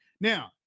Now